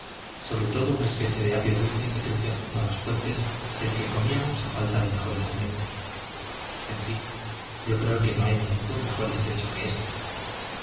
sobre todo una especie de apio dulce que crece junto a las fuentes del que comíamos a falta de mejores alimentos en fin yo creo que no hay en el mundo mejor estrecho que éste